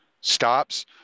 stops